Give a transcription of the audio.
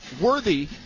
worthy